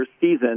season